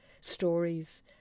stories